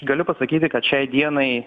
galiu pasakyti kad šiai dienai